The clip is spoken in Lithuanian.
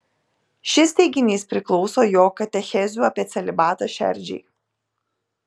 šis teiginys priklauso jo katechezių apie celibatą šerdžiai